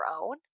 own